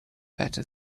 better